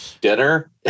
dinner